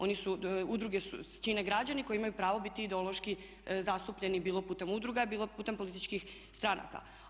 One su, udruge čine građani koji imaju pravo biti ideološki zastupljeni bilo putem udruga i bilo putem političkih stranaka.